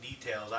details